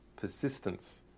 persistence